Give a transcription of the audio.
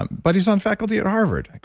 um but he's on faculty at harvard.